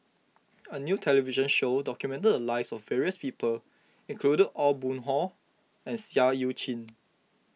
a new television show documented the lives of various people including Aw Boon Haw and Seah Eu Chin